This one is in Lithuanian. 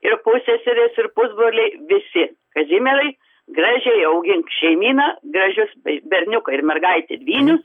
ir pusseserės ir pusbroliai visi kazimierai gražiai augink šeimyną gražius berniuką ir mergaitę dvynius